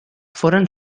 foren